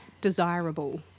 desirable